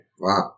Wow